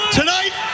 tonight